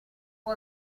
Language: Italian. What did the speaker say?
può